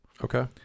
Okay